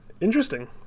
Interesting